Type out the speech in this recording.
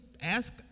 ask